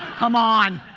come on!